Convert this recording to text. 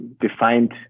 defined